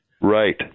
Right